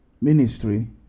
ministry